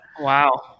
wow